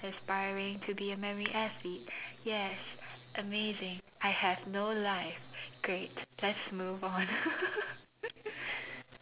aspiring to be a memory athlete yes amazing I have no life great let's move on